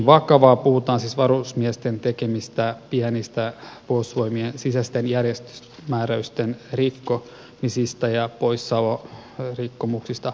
puhutaan siis varusmiesten tekemistä pienistä puolustusvoimien sisäisten järjestysmääräysten rikkomisista poissaolorikkomuksista ynnä muuta